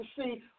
see